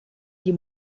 die